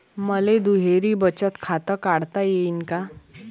मले दुहेरी बचत खातं काढता येईन का?